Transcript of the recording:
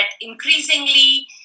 increasingly